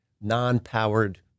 non-powered